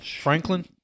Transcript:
Franklin